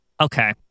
Okay